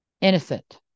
Innocent